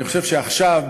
אני חושב שעכשיו,